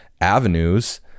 avenues